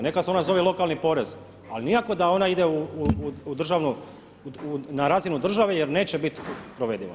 Neka se ona zove lokalni porez, ali nikako da ona ide u državnu, na razinu države je neće biti provedivo.